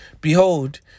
Behold